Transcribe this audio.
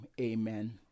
amen